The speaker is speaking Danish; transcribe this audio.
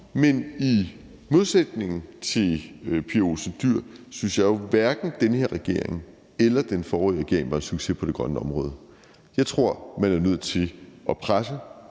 Men i modsætning til fru Pia Olsen Dyhr synes jeg jo, at hverken den her regering eller den forrige regering var en succes på det grønne område. Jeg tror, man er nødt til at presse